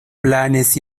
planes